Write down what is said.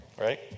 Right